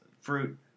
fruit